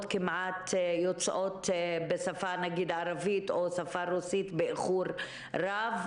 יוצאות בשפה הערבית או בשפה הרוסית באיחור רב.